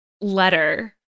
letter